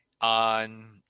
on